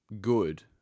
good